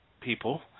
people